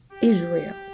Israel